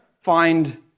find